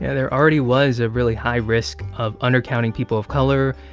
yeah there already was a really high risk of undercounting people of color,